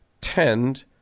tend